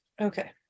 Okay